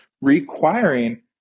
requiring